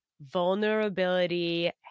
vulnerability